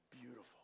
beautiful